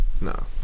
no